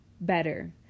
better